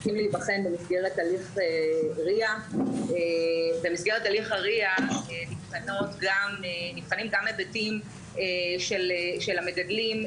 במסגרת הליך RIA. במסגרת הליך ה-RIA נבחנים גם היבטים של המגדלים,